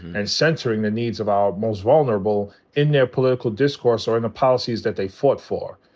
and censoring the needs of our most vulnerable in their political discourse or in the policies that they fought for.